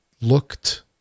looked